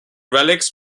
relics